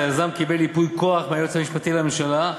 היזם קיבל ייפוי כוח מהיועץ המשפטי לממשלה,